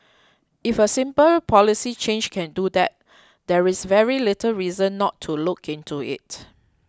if a simple policy change can do that there is very little reason not to look into it